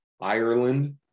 Ireland